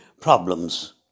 problems